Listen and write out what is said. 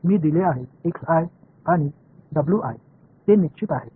मी दिले आहे आणि ते निश्चित आहेत